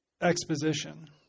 exposition